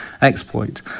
exploit